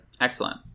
Excellent